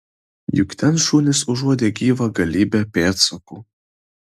juk ten šunys užuodė gyvą galybę pėdsakų